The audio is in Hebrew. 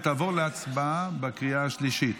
נעבור להצבעה בקריאה השלישית.